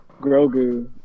Grogu